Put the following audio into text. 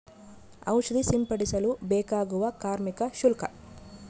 ಔಷಧಿ ಸಿಂಪಡಿಸಲು ಬೇಕಾಗುವ ಕಾರ್ಮಿಕ ಶುಲ್ಕ?